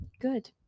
good